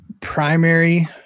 primary